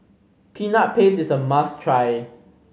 Peanut Paste is a must try